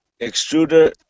extruder